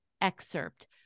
excerpt